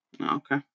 Okay